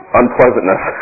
unpleasantness